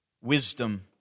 wisdom